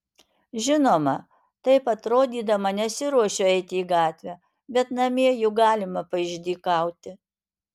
žinoma taip atrodydama nesiruošiu eiti į gatvę bet namie juk galima paišdykauti